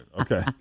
Okay